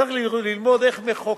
צריך ללמוד איך מחוקקים.